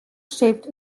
shaped